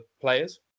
players